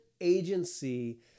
agency